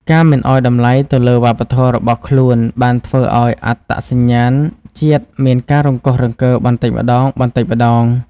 ការមិនឲ្យតម្លៃទៅលើវប្បធម៌របស់ខ្លួនបានធ្វើឱ្យអត្តសញ្ញាណជាតិមានការរង្គោះរង្គើបន្តិចម្ដងៗ។